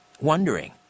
wondering